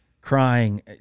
Crying